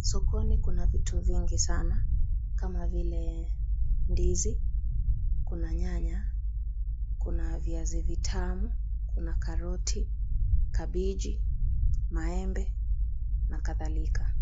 Sokoni kuna vitu vingi sana, kama vile ndizi, kuna nyanya, kuna viazi vitamu, kuna karoti, kabeji, maembe. Na kadhalika.